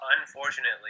Unfortunately